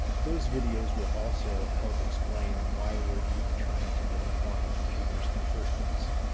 those videos will also help explain why we're even trying to build quantum computers in the first place.